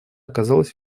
оказалось